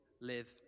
live